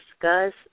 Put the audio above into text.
discuss